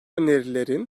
önerilerin